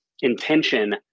intention